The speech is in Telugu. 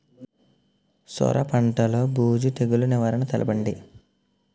సొర పంటలో బూజు తెగులు నివారణ తెలపండి?